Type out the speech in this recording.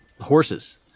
horses